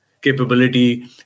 capability